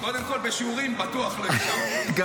קודם כול, בשיעורים בטוח לא הקשבתי.